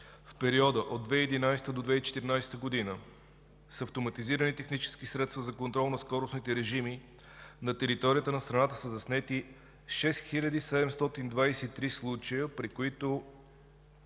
в периода 2011 г. до 2014 г. с автоматизирани технически средства за контрол на скоростните режими на територията на страната са заснети 6723 случая, при които